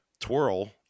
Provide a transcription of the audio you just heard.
twirl